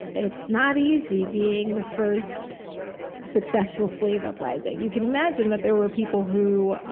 it's not easy, being the first successful slave uprising. you can imagine that there were people who